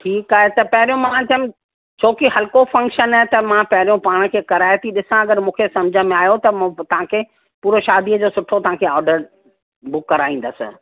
ठीकु आहे त पहिरियों मां चयमि छो की हल्को फ़ंक्शन आहे त मां पहिरियों पाण खे कराए थी ॾिसां अगरि मूंखे सम्झि में आयो त मूं तव्हांखे पूरो शादीअ जो सुठो तव्हांखे ऑर्डर बुक कराईंदसि